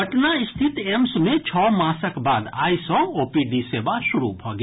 पटना स्थित एम्स मे छओ मासक बाद आइ सँ ओपीडी सेवा शुरू भऽ गेल